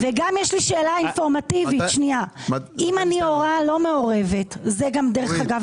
יש לי שאלה אינפורמטיבית: אם אני הורה לא מעורבת דרך אגב,